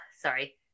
Sorry